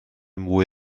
mwy